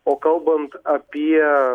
o kalbant apie